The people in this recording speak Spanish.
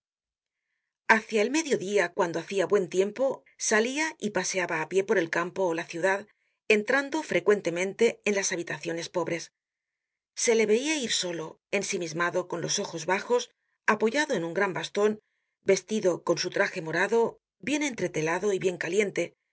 hacia el medio dia cuando hacia buen tiempo salia y paseaba á pie por el campo ó la ciudad entrando frecuentemente en las habitaciones pobres se le veia ir solo ensimismado con los ojos bajos apoyado en un gran baston vestido con su traje morado bien entretelado y bien caliente